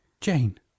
Jane